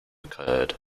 occurred